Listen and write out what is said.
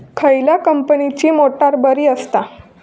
खयल्या कंपनीची मोटार बरी असता?